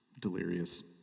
delirious